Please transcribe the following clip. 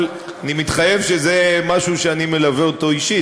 אבל אני מתחייב שזה משהו שאני מלווה אותו אישית.